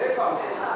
שבע.